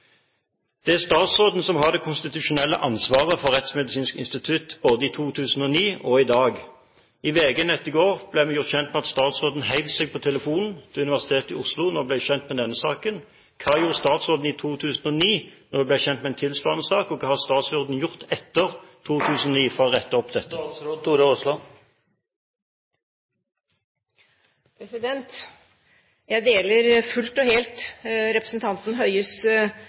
Det er statsråden som har det konstitusjonelle ansvaret for Rettsmedisinsk institutt – både i 2009 og i dag. Ifølge VG Nett i går hev statsråden seg på telefonen til Universitetet i Oslo da hun ble gjort kjent med denne saken. Hva gjorde statsråden i 2009 da hun ble gjort kjent med en tilsvarende sak, og hva har statsråden gjort etter 2009 for å rette opp dette? Jeg deler fullt og helt representanten Høies